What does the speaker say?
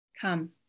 Come